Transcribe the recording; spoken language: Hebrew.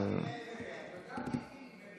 אתה יודע מי התחיל.